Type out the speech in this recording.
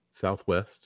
Southwest